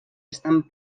estan